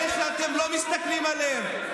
אלה שאתם לא מסתכלים עליהם,